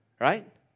right